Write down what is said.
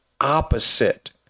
opposite